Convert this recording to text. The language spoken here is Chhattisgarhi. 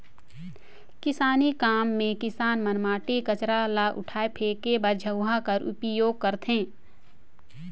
किसानी काम मे किसान मन माटी, कचरा ल उठाए फेके बर झउहा कर उपियोग करथे